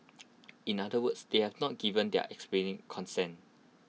in other words they have not given their explicit consent